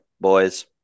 boys